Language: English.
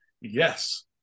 yes